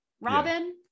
Robin